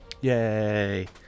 Yay